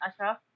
asha